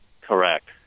Correct